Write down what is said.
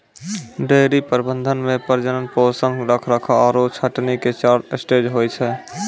dairy प्रबंधन मॅ प्रजनन, पोषण, रखरखाव आरो छंटनी के चार स्टेज होय छै